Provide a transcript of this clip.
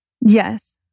Yes